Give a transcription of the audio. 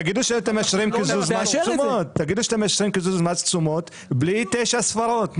תגידו שאתם מאשרים קיזוז ממס תשומות בלי תשע ספרות.